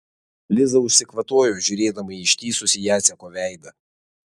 liza užsikvatojo žiūrėdama į ištįsusį jaceko veidą